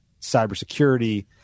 cybersecurity